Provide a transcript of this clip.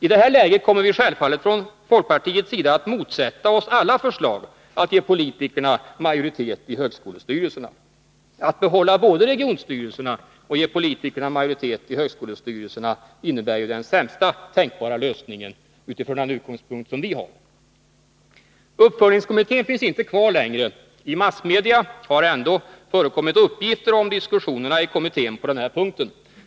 I det här läget kommer vi självfallet från folkpartiets sida att motsätta oss alla förslag att ge politikerna majoritet i högskolestyrelserna. Att både behålla regionstyrelserna och ge politikerna majoritet i högskolestyrelserna innebär ju den sämsta tänkbara lösningen, utifrån den utgångspunkt som vi har. Uppföljningskommittén finns inte kvar längre. I massmedia har ändå förekommit uppgifter om diskussioner i kommittén på den här punkten.